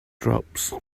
drops